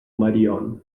marion